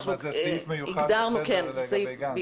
זה סעיף מיוחד בין הסעיפים האחרים.